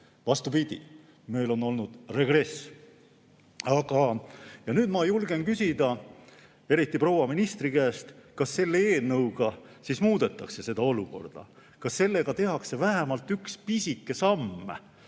Vastupidi, meil on olnud regress. Nüüd ma julgen küsida, eriti proua ministri käest: kas selle eelnõuga muudetakse seda olukorda? Kas sellega tehakse vähemalt üks pisike samm